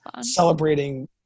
celebrating